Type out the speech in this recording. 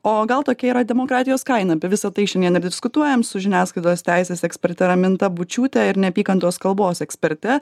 o gal tokia yra demokratijos kaina apie visa tai šiandien ir diskutuojam su žiniasklaidos teisės eksperte raminta bučiūte ir neapykantos kalbos eksperte